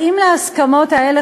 האם להסכמות האלה,